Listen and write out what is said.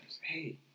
hey